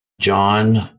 John